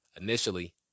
Initially